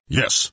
yes